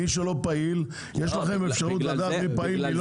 יש לכם אפשרות לדעת מי פעיל ומי לא פעיל?